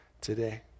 today